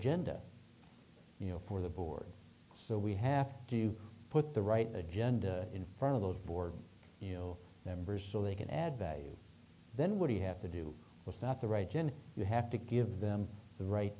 genda you know for the board so we have to put the right agenda in front of the board you know members so they can add value then what do you have to do was not the right jen you have to give them the right